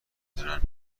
دونن